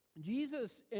Jesus